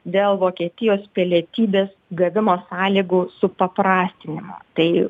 dėl vokietijos pilietybės gavimo sąlygų supaprastinamo tai